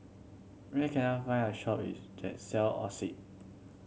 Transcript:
where can I find a shop that sell Oxy